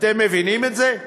אתם מבינים את זה?